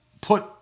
put